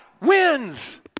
wins